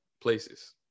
places